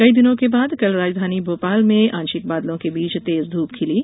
कई दिनों के बाद कल राजधानी भोपाल में आशिक बादलों के बीच तेज ध्र्प खिली